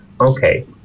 Okay